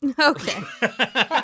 Okay